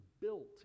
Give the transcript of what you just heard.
built